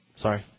Sorry